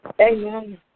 Amen